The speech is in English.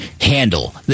handle